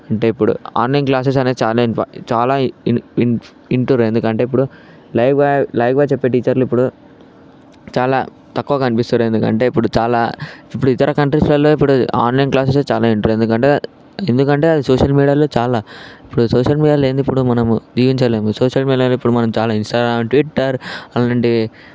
అంటే ఇప్పుడు online classes అనేవి చాలా చాలా వింటుర్రు ఎందుకంటే ఇప్పుడు లైవ్గా లైవ్గా చెప్పే టీచర్లు ఇప్పుడు చాలా తక్కువగా కనిపిస్తారు ఎందుకంటే ఇప్పుడు చాలా ఇప్పుడు ఇతర కంట్రీస్లలో ఇప్పుడు ఆన్లైన్ క్లాసెస్ చాలా వింటుర్రు ఎందుకంటే ఎందుకంటే అది సోషల్ మీడియాలో చాలా ఇప్పుడు సోషల్ మీడియాలో లేనిదే ఇప్పుడు మనము ఏం చేయలేము సోషల్ మీడియా అనేది ఇప్పుడు చాలా ఇంస్టాగ్రామ్ ట్విట్టర్ అలాంటివి